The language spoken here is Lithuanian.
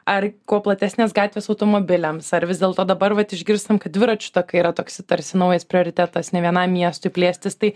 ar kuo platesnės gatvės automobiliams ar vis dėlto dabar vat išgirstam kad dviračių takai yra toks tarsi naujas prioritetas nė vienam miestui plėstis tai